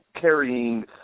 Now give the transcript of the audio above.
carrying